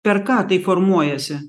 per ką tai formuojasi